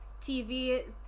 TV